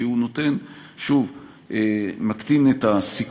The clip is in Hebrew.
כי הוא מקטין את הסיכון,